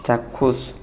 চাক্ষুষ